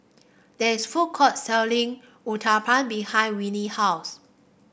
there is a food court selling Uthapam behind Winnie house